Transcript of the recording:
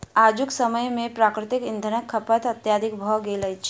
आजुक समय मे प्राकृतिक इंधनक खपत अत्यधिक भ गेल अछि